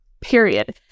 Period